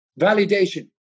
validation